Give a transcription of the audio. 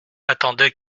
attendait